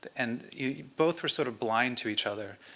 and both were sort of blind to each other.